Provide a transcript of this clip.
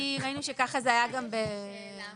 כי ראינו שככה זה היה גם ב --- יש לי שאלה,